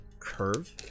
curve